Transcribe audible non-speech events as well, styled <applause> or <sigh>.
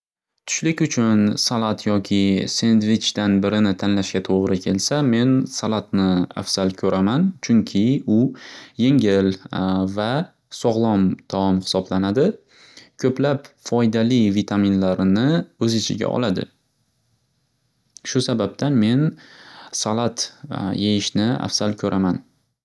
Tushlik uchun salad yoki sendvichdan birini tanlashga to'g'ri kelsa, men saladni afzal ko'raman. Chunki u yengil <hesitation> va sog'lom taom hisoblanadi. Ko'plab foydali vitaminlarni o'z ichiga oladi. Shu sababdan men salad <hesitation> yeyishni afzal ko'raman.